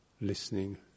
listening